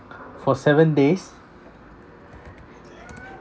for seven days